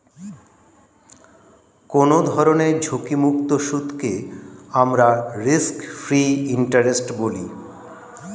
কোনো ধরনের ঝুঁকিমুক্ত সুদকে আমরা রিস্ক ফ্রি ইন্টারেস্ট বলি